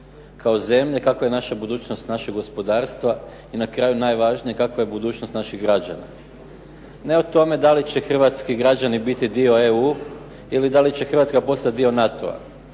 kao zemlje, kakva je naša budućnost našeg gospodarstva i na kraju kakva je budućnost naših građana. Ne o tome da li će hrvatski građani biti dio EU ili da će Hrvatska postati dio NATO-a.